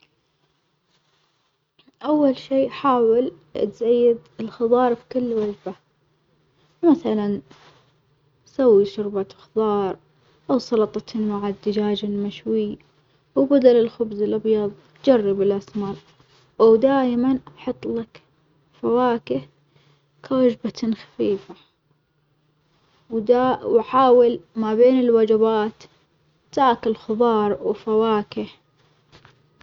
أول شي حاول تزيد الخظار في كل وجبة، مثلًا سوي شوربة خضار أو سلطة مع الدجاج المشوي وبدل الخبز الأبيظ جرب الأسمر، ودايمًا حطلك فواكه كوجبة خفيفة وداء وحاول ما بين الوجبات تاكل خظار وفواكه.